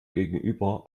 gegenüber